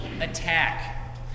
attack